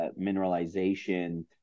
mineralization